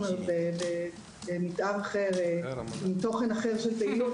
עם תוכן פעילות אחר,